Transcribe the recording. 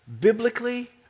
Biblically